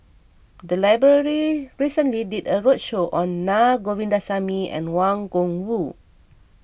the library recently did a roadshow on Naa Govindasamy and Wang Gungwu